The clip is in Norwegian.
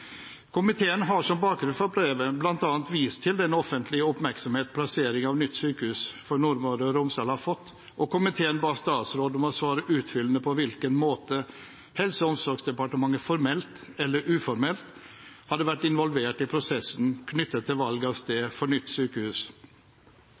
Komiteen har som bakgrunn for brevet bl.a. vist til den offentlige oppmerksomhet plassering av nytt sykehus for Nordmøre og Romsdal har fått, og komiteen ba statsråden om å svare utfyllende på spørsmål om på hvilken måte Helse- og omsorgsdepartementet formelt eller uformelt hadde vært involvert i prosessen knyttet til valg av sted for nytt sykehus.